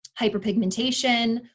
hyperpigmentation